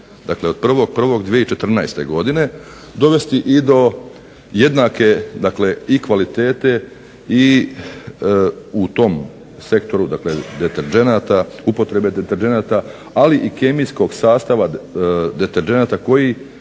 od 1.01.2014. godine, dovesti i do jednake dakle i kvalitete i u tom sektoru deterdženata, upotrebe deterdženata, ali i kemijskog sastava deterdženata koji